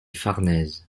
farnèse